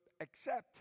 accept